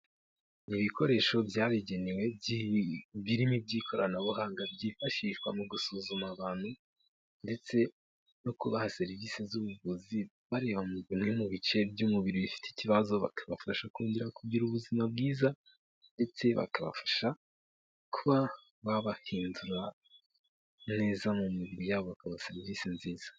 Ni ibikoresho byabugenewe birimo iby'ikoranabuhanga, byifashishwa mu gusuzuma abantu ndetse no kubaha serivisi z'ubuvuzi, bareba bimwe mu bice by'umubiri bifite ikibazo, bakabafasha kongera kugira ubuzima bwiza ndetse bakabafasha kuba babahindura neza mu mibiri yabo bakabaha serivisi nziza.